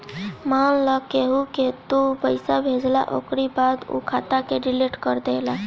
मान लअ केहू के तू पईसा भेजला ओकरी बाद उ खाता के डिलीट कर देहला